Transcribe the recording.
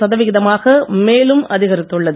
சதவிகிதமாக மேலும் அதிகரித்துள்ளது